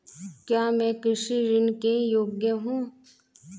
क्या मैं कृषि ऋण के योग्य हूँ?